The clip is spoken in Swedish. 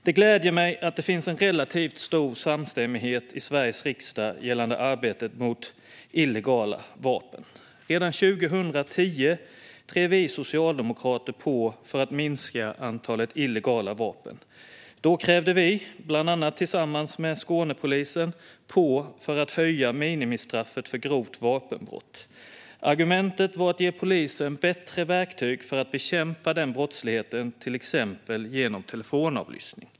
Det gläder mig att det finns en relativt stor samstämmighet i Sveriges riksdag gällande arbetet mot illegala vapen. Redan 2010 drev vi socialdemokrater på för att minska antalet illegala vapen. Då drev vi, bland annat tillsammans med Skånepolisen, på för att minimistraffet för grovt vapenbrott skulle höjas. Argumentet var att ge polisen bättre verktyg för att bekämpa den brottsligheten genom till exempel telefonavlyssning.